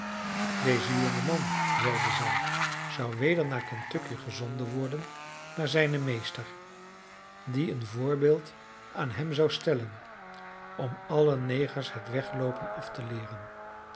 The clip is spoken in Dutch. deze jonge man zeiden zij zou weder naar kentucky gezonden worden naar zijnen meester die een voorbeeld aan hem zou stellen om alle negers het wegloopen af te leeren